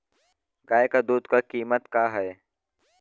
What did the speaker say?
गाय क दूध क कीमत का हैं?